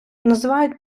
називають